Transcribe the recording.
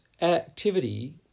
activity